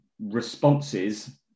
responses